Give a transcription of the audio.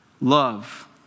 love